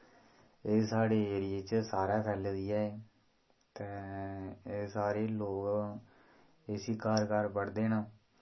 एह् साढ़े एरिये च सारे फैली दी ऐ ते एह् सारे लोग इसी घर घर पढ़दे न